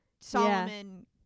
Solomon